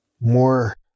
more